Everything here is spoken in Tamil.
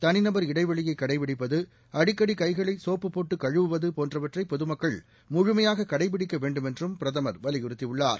தனி நபர் இடைவெளியை கடைபிடிப்பது அடிக்கடி கைகளை சோப்பு போட்டு கழுவுவது போன்றவற்றை பொதுமக்கள் முழுமையாக கடைபிடிக்க வேண்டுமென்றும் பிரதமர் வலியுறுத்தியுள்ளார்